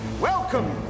Welcome